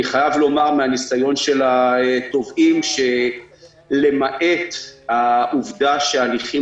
אני חייב לומר מן הניסיון של התובעים שלמעט העובדה שההליכים